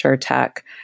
tech